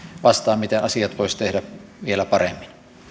vastaan miten asiat voisi tehdä vielä paremmin